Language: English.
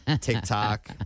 TikTok